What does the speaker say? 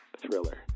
thriller